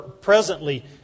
presently